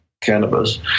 cannabis